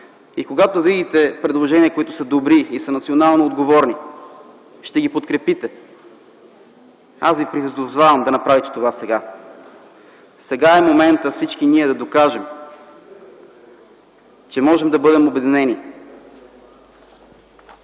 а когато видите предложения, които са добри и национално отговорни, ще ги подкрепите - то аз ви призовавам да направите това сега. Сега е моментът всички ние да докажем, че можем да бъдем обединени,